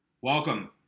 Welcome